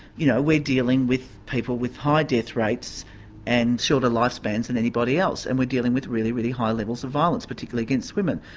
you know, we're dealing with people with high death rates and shorter life spans than anybody else. and we're dealing with really, really high levels of violence, particularly against women.